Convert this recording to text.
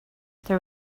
there